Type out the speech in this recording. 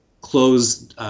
close